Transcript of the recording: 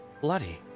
Bloody